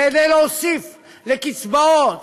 כדי להוסיף לקצבאות,